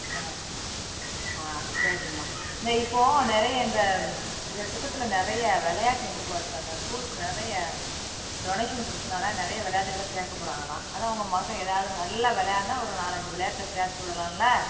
ஆ ஆ சரிம்மா இந்த இப்போது நிறைய இந்த இந்த திட்டத்தில் நிறையா விளையாட்டு வந்திருக்கு பார்த்துக்கங்க ஸ்கூலுக்கு நிறைய டொனேஷன் கொடுக்குறதுனால நிறைய விளையாட்டுகளை சேர்க்கப் போகிறாங்களாம் அதான் உங்கள் மகள் ஏதாவது நல்லா வெளையாடுனா ஒரு நாலு அஞ்சு விளையாட்டில் சேர்த்து விடலால்ல